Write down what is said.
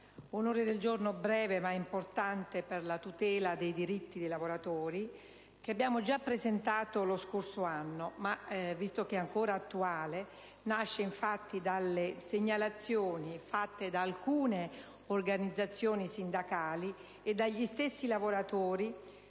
un ordine del giorno chi breve ma importante per la tutela dei diritti dei lavoratori, che abbiamo già presentato lo scorso anno ma che è ancora attuale. Nasce, infatti, dalle segnalazioni fatte da alcune organizzazioni sindacali e dagli stessi lavoratori